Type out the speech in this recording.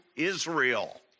Israel